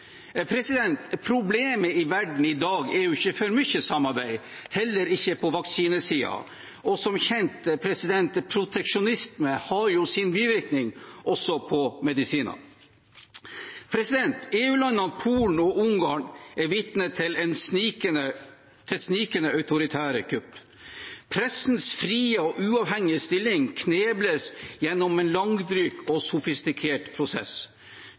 Problemet i verden i dag er ikke for mye samarbeid, heller ikke på vaksinesiden. Og som kjent: Proteksjonisme har sin bivirkning, også på medisiner. EU-landene Polen og Ungarn er vitne til snikende autoritære kupp. Pressens frie og uavhengige stilling knebles gjennom en langdryg og sofistikert prosess.